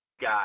guy